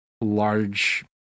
large